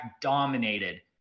dominated